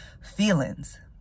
feelings